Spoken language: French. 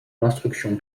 l’instruction